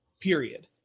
period